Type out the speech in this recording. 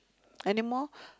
anymore